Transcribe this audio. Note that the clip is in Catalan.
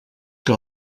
que